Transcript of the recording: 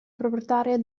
proprietario